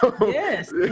Yes